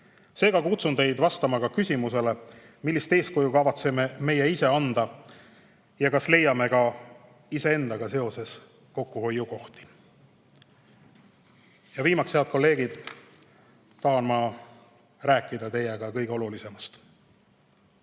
Seega kutsun teid üles vastama ka küsimusele, millist eeskuju kavatseme meie ise anda ja kas leiame ka iseendaga seoses kokkuhoiukohti. Ja viimaks, head kolleegid, tahan ma rääkida teiega kõige olulisemast: